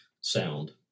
sound